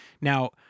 now